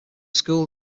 school